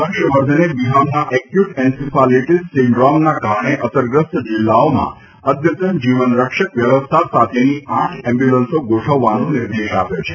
હર્ષવર્ધને બિહારના acute encephalitis સીન્ડ્રોમના કારણે અસરગ્રસ્ત જિલ્લાઓમાં અદ્યતન જીવન રક્ષક વ્યવસ્થા સાથેની આઠ એમ્બ્યુલન્સો ગોઠવવાનો નિર્દેશ આપ્યો છે